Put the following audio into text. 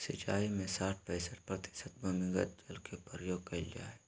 सिंचाई में साठ पईंसठ प्रतिशत भूमिगत जल के प्रयोग कइल जाय हइ